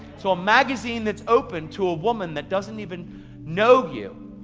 so a magazine that's opened to a woman that doesn't even know you,